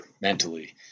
mentally